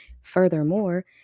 Furthermore